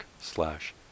slash